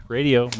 Radio